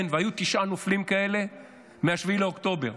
כן, והיו תשעה נופלים כאלה מ-7 באוקטובר.